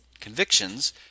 convictions